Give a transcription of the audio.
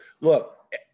Look